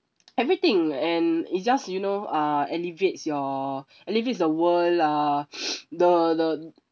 everything and it's just you know uh alleviates your alleviates the world uh the the